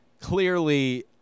clearly